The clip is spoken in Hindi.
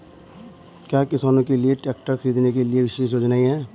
क्या किसानों के लिए ट्रैक्टर खरीदने के लिए विशेष योजनाएं हैं?